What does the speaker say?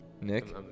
Nick